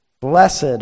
blessed